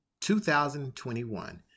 2021